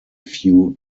few